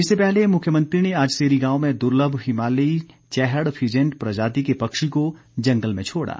इससे पहले मुख्यमंत्री ने आज सेरी गांव में दुर्लभ हिमालयी चैहड़ फिजेंट प्रजाति के पक्षी को जंगल में छोड़ा